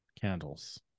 candles